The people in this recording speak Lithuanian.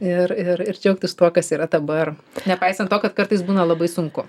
ir ir ir džiaugtis tuo kas yra dabar nepaisant to kad kartais būna labai sunku